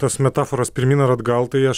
tas metaforas pirmyn ir atgal tai aš